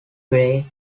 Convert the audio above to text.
play